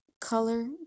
color